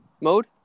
mode